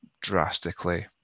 drastically